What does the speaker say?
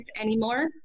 anymore